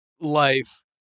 life